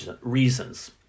reasons